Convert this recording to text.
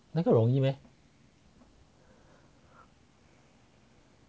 那个容易 meh